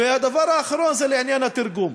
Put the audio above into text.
הדבר האחרון, לעניין התרגום.